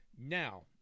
Now